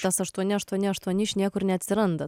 tas aštuoni aštuoni aštuoni iš niekur neatsiranda